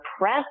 press